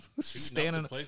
Standing